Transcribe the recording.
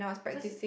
because